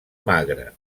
magre